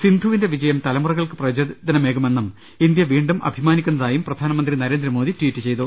സിന്ധു വിന്റെ വിജയം തലമുറകൾക്ക് പ്രചോദനമേകുമെന്നും ഇന്ത്യ വീണ്ടും അഭിമാനി ക്കുന്നതായും പ്രധാനമന്ത്രി നരേന്ദ്രമോദി ട്വീറ്റ് ചെയ്തു